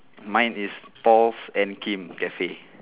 mine is paul and kim cafe